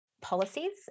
policies